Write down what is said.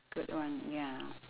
good [one] ya